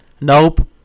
Nope